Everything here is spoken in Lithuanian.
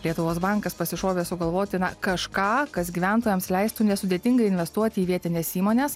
lietuvos bankas pasišovė sugalvoti na kažką kas gyventojams leistų nesudėtingai investuoti į vietines įmones